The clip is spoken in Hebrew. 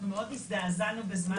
אנחנו מאוד הזדעזענו בזמן אמת,